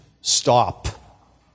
stop